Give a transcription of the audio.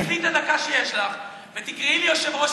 תנצלי את הדקה שיש לך ותקראי ליושב-ראש